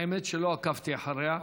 האמת שלא עקבתי אחריה.